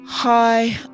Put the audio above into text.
Hi